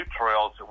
trails